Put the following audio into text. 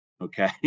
Okay